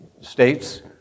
states